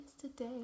today